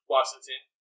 Washington